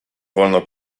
wolno